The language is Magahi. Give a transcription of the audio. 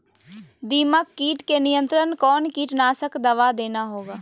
दीमक किट के नियंत्रण कौन कीटनाशक दवा देना होगा?